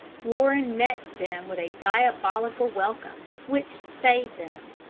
warren met them with a diabolical welcome, which stayed them.